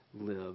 live